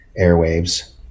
airwaves